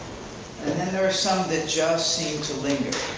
and and there are some that just seem to linger.